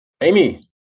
Amy